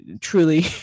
truly